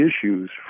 issues